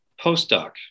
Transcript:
postdoc